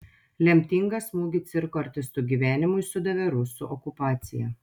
lemtingą smūgį cirko artistų gyvenimui sudavė rusų okupacija